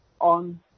on